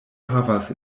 havas